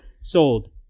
Sold